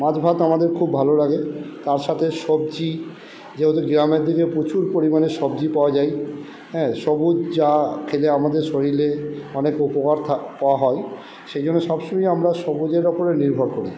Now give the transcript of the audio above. মাছ ভাত আমাদের খুব ভালো লাগে তার সাথে সবজি যেহেতু গ্রামের দিকে প্রচুর পরিমাণে সবজি পাওয়া যায় হ্যাঁ সবুজ যা খেলে আমাদের শরীরে অনেক উপকার হয় সেই জন্য সবসময়ই আমরা সবুজের ওপরে নির্ভর করি